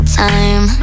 time